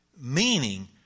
meaning